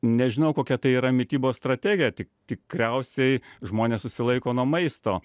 nežinau kokia tai yra mitybos strategija tik tikriausiai žmonės susilaiko nuo maisto